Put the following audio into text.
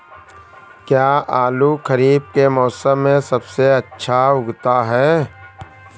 क्या आलू खरीफ के मौसम में सबसे अच्छा उगता है?